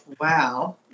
wow